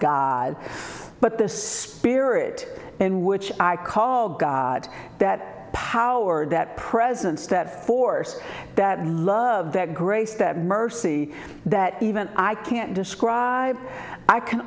god but the spirit in which i call god that power that presence that force that love that grace that mercy that even i can't describe i can